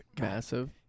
massive